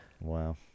Wow